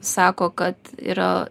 sako kad yra